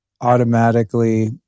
automatically